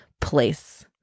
place